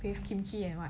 with kimchi and what